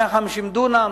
150 דונם,